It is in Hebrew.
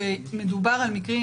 אבל צריך להבין שבמקרה הזה,